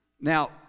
Now